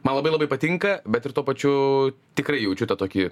man labai labai patinka bet ir tuo pačiu tikrai jaučiu tą tokį